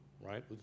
right